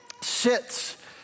sits